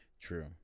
True